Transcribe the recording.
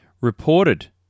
Reported